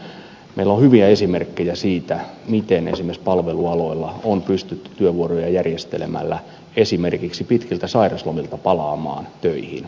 meillä on hyviä esimerkkejä siitä miten esimerkiksi palvelualoilla on pystytty työvuoroja järjestelemällä esimerkiksi pitkiltä sairauslomilta palaamaan töihin